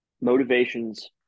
motivations